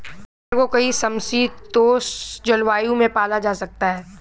भेड़ को कई समशीतोष्ण जलवायु में पाला जा सकता है